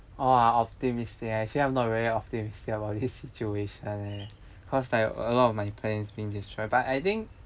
oh ah optimistic actually I'm not very optimistic about this situation eh cause like a lot of my plans being destroyed but I think